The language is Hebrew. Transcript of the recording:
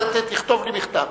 תכתוב לי מכתב.